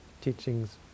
teachings